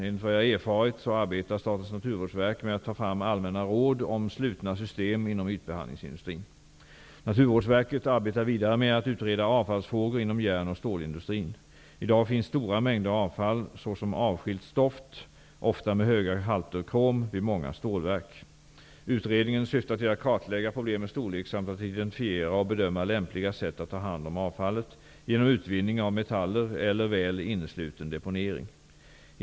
Enligt vad jag erfarit arbetar Statens naturvårdsverk med att ta fram allmänna råd om slutna system inom ytbehandlingsindustrin. Naturvårdsverket arbetar vidare med att utreda avfallsfrågor inom järn och stålindustrin. I dag finns stora mängder avfall såsom avskiljt stoft, ofta med höga halter krom, vid många stålverk. Utredningen syftar till att kartlägga problemets storlek samt att identifiera och bedöma lämpliga sätt att ta hand om avfallet, genom utvinning av metaller eller väl innesluten deponering.